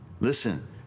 Listen